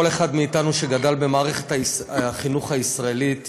כל אחד מאתנו שגדל במערכת החינוך הישראלית